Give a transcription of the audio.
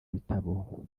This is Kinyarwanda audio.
bitabo